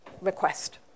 request